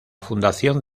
fundación